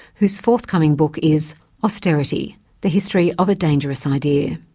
whose forthcoming book is austerity the history of a dangerous idea.